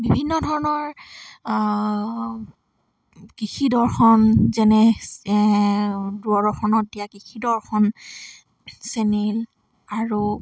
বিভিন্ন ধৰণৰ কৃষি দৰ্শন যেনে দূৰদৰ্শনত দিয়া কৃষি দৰ্শন চেনেল আৰু